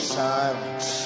silence